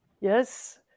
Yes